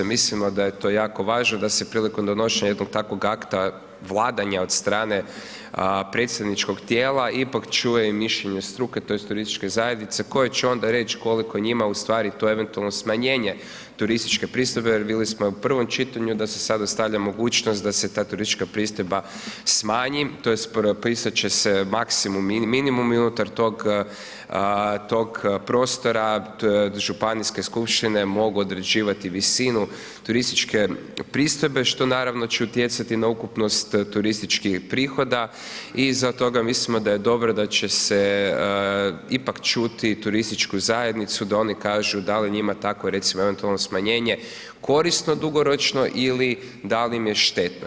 Mislimo da je to jako važno, da se prilikom donošenja jednog takvog akta, vladanja od strane predsjedničkog tijela ipak čuje i mišljenje struke tj. turističke zajednice koje će onda reć koliko je njima u stvari to eventualno smanjenje turističke pristojbe jer vidjeli smo u prvom čitanju da se sada stavlja mogućnost da se ta turistička pristojba smanji tj. propisat će se maksimum i minimum i unutar tog prostora, županijske skupštine mogu određivati visinu turističke pristojbe, što naravno će utjecati na ukupnost turističkih prihoda i iza toga mislimo da je dobro da će se ipak čuti turističku zajednicu da oni kažu da li je njima takvo recimo eventualno smanjenje korisno dugoročno ili da li im je štetno.